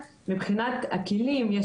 מבחינת הכלים במענה לחסם הגיאוגרפי,